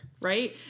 right